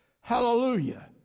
Hallelujah